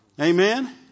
Amen